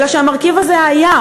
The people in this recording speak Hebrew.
אלא שהמרכיב הזה היה,